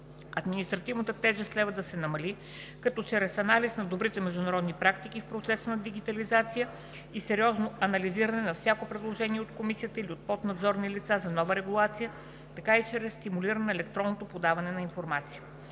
Административната тежест следва да се намали както чрез анализ на добрите международни практики в процеса на дигитализация и сериозно анализиране на всяко предложение от Комисията или от поднадзорните лица за нова регулация, така и чрез стимулиране на електронното подаване на информацията.